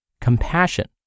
compassion